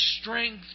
strength